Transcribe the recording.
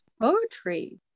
poetry